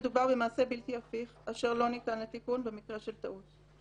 מדובר במעשה בלתי הפיך אשר לא ניתן לתיקון במקרה של טעות.